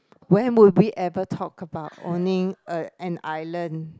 when would we ever talk about owning a an island